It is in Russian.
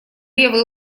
левый